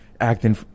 acting